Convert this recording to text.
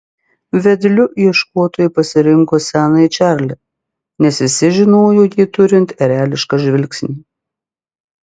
vedliu ieškotojai pasirinko senąjį čarlį nes visi žinojo jį turint erelišką žvilgsnį